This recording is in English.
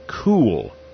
cool